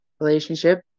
relationship